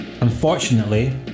Unfortunately